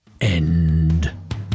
End